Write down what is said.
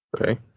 Okay